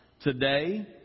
Today